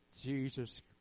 Jesus